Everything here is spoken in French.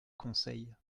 conseil